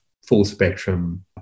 full-spectrum